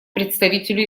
представителю